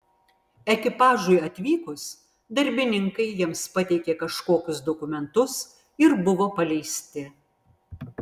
ekipažui atvykus darbininkai jiems pateikė kažkokius dokumentus ir buvo paleisti